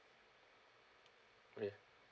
ya